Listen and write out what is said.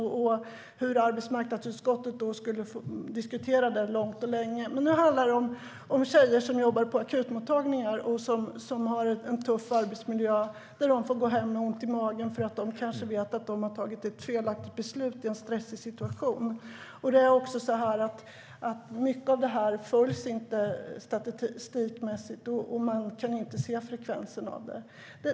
Då skulle arbetsmarknadsutskottet diskutera det länge och väl. Men nu handlar det om tjejer som jobbar på akutmottagningar och som har en tuff arbetsmiljö, där de får gå hem med ont i magen därför att de kanske vet att de har tagit ett felaktigt beslut i en stressig situation. Mycket av detta följs inte statistikmässigt, och man kan inte se frekvensen av det.